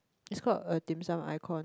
it's called a dimsum icon